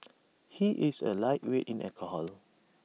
he is A lightweight in alcohol